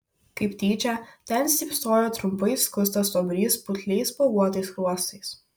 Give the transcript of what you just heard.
kaip tyčia ten stypsojo trumpai skustas stuobrys putliais spuoguotais skruostais